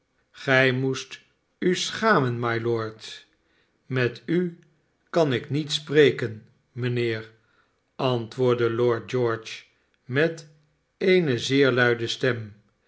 gij moest u schamen mylord met u kan ifcniet spreken mijnheer antwoordde lord george met eene zeer luide stem